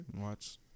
watch